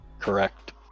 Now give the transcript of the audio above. Correct